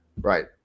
Right